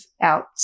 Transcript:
out